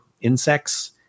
insects